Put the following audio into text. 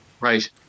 Right